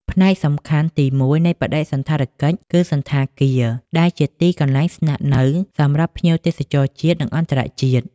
ផ្នែកសំខាន់ទីមួយនៃបដិសណ្ឋារកិច្ចគឺសណ្ឋាគារ ដែលជាទីកន្លែងស្នាក់នៅសម្រាប់ភ្ញៀវទេសចរជាតិ និងអន្តរជាតិ។